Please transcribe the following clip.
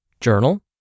journal